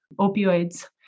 opioids